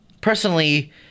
personally